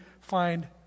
find